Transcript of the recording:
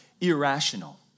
irrational